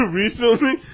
recently